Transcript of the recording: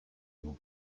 vous